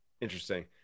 Interesting